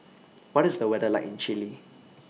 What IS The weather like in Chile